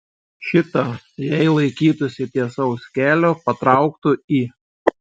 šita jei laikytųsi tiesaus kelio patrauktų į